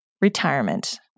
retirement